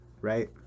right